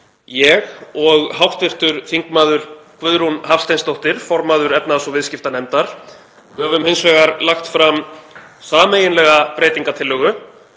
ég og hv. þm. Guðrún Hafsteinsdóttir, formaður efnahags- og viðskiptanefndar, höfum hins vegar lagt fram sameiginlega breytingartillögu